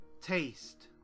taste